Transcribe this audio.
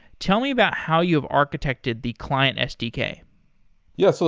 tell me about how you've architected the client sdk yeah. so